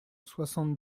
soixante